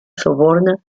sorbona